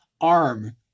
arm